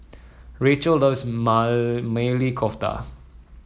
Rachael loves Maili Kofta